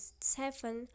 seven